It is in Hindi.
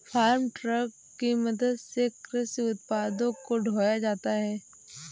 फार्म ट्रक की मदद से कृषि उत्पादों को ढोया जाता है